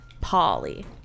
Polly